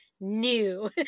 new